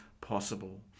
possible